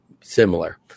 similar